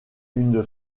une